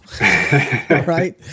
right